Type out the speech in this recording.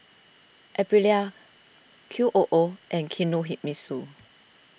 Aprilia Q O O and Kinohimitsu